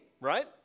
right